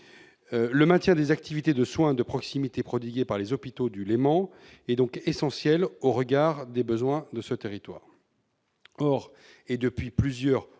Le maintien des activités de soins de proximité prodiguées par les Hôpitaux du Léman est donc essentiel au regard des besoins de ce territoire. Or, depuis plusieurs mois,